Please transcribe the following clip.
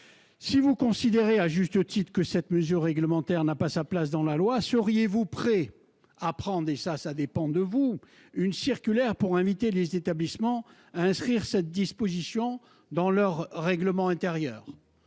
si vous considérez à juste titre que cette mesure réglementaire n'a pas sa place dans la loi, seriez-vous prêt à diffuser une circulaire- cela dépend de vous -pour inviter les établissements à inscrire cette disposition dans leur règlement intérieur ?